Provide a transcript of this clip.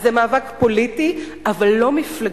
אז זה מאבק פוליטי, אבל לא מפלגתי.